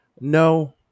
no